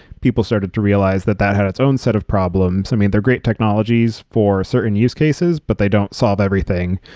people started to realize that that had its own set of problems. i mean, they're great technologies for certain use cases, but they don't solve everything.